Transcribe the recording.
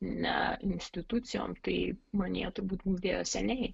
ne institucijom tai manyje turbūt glūdėjo seniai